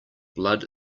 blood